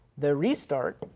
the restart,